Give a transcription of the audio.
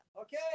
Okay